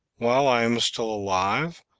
while i am still alive,